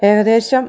ഏകദേശം